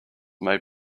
may